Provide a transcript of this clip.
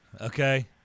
Okay